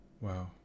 Wow